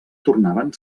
tornaven